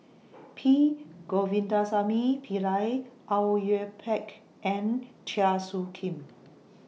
P Govindasamy Pillai Au Yue Pak and Chua Soo Khim